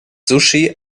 sushi